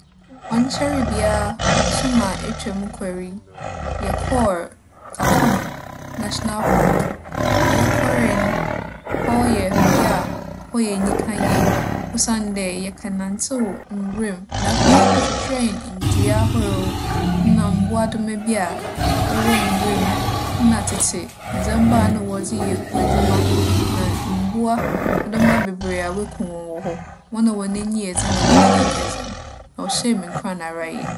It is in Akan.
ͻnnkyɛree biara, bosoom a etwa mu kͻ yi, yɛkͻr 'Kakum National Park'. Na yɛkͻree no, hͻ yɛ bea a hͻ yɛ enyika yie osiandɛ yɛkɛnantseew nwura mu. Na afei, wͻkyerɛkyerɛɛ hɛn ndua ahorow na mbowadoma bi a wͻwͻ nwura mu nna tsetse ndzɛmba a nna wͻdze yɛ kuadwuma na mbowadoma beberee a woeku hͻn wͻ hͻ. Hͻn a hͻn enyi yɛ dzen na hͻn enyi nnyɛ dzen. Na ͻhyɛɛ me nkuran ara yie.